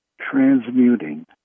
transmuting